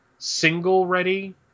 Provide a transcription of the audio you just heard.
single-ready